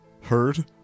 heard